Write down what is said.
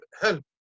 help